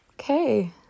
Okay